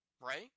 right